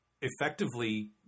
effectively